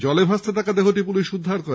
জলে ভাসতে থাকা দেহটি পুলিশ উদ্ধার করে